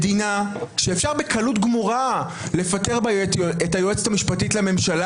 מדינה שאפשר בקלות גמורה לפטר בה את היועצת המשפטית לממשלה